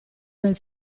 del